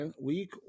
week